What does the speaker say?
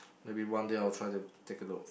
maybe one day I'll try to take a look